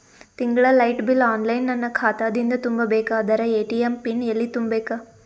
ತಿಂಗಳ light bill online ನನ್ನ ಖಾತಾ ದಿಂದ ತುಂಬಾ ಬೇಕಾದರ ಎ.ಟಿ.ಎಂ ಪಿನ್ ಎಲ್ಲಿ ತುಂಬೇಕ?